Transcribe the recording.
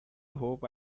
hope